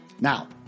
Now